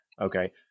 Okay